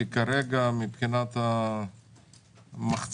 כי כרגע מבחינת המחצבות,